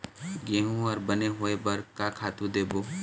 गेहूं हर बने होय बर का खातू देबो?